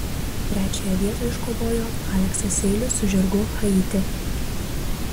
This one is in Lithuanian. trečiąją vietą iškovojo aleksas seilius su žirgu haiti